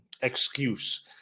Excuse